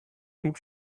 cream